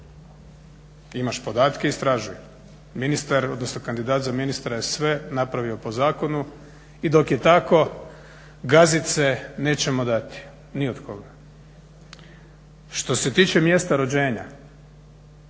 Imaš podatke, istražuj. Ministar, odnosno kandidat za ministra je sve napravio po zakonu i dok je tako gazit se nećemo dati ni od koga. Što se tiče mjesta rođenja